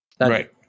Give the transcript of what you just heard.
Right